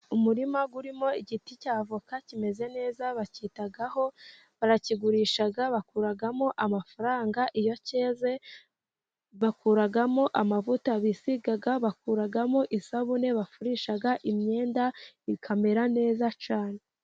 Umurima urimo igiti cya avoka kimeze neza bacyitaho, barakigurisha bakuramo amafaranga iyo cyeze, bakuramo amavuta bisiga, bakuramo isabune bafurisha imyenda, bakamera neza cyane.